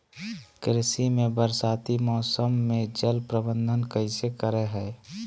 कृषि में बरसाती मौसम में जल प्रबंधन कैसे करे हैय?